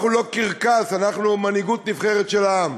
אנחנו לא קרקס, אנחנו מנהיגות נבחרת של העם.